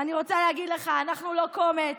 אני רוצה להגיד לך, אנחנו לא קומץ.